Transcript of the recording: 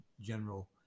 general